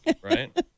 Right